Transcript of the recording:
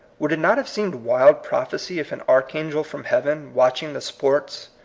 would it not have seemed wild prophecy if an archangel from heaven, watching the sports,